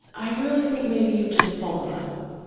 i really think maybe you've just pulled a muscle.